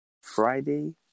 Friday